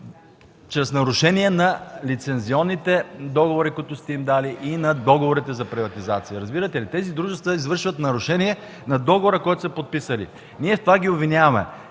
чрез нарушения на лицензионните договори, които сте им дали, и на договорите за приватизация. Разбирате ли, тези дружества извършват нарушения на договора, който са подписали – ние в това ги обвиняваме.